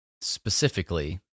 specifically